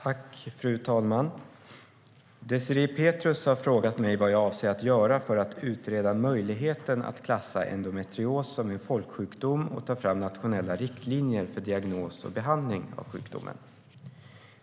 Fru talman! Désirée Pethrus har frågat mig vad jag avser att göra för att utreda möjligheten att klassa endometrios som en folksjukdom och ta fram nationella riktlinjer för diagnos och behandling av sjukdomen.